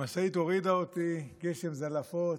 המשאית הורידה אותי, גשם זלעפות,